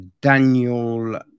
Daniel